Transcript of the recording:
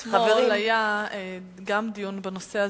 גם אתמול היה דיון בנושא הזה,